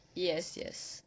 yes yes